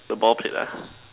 the ball pit lah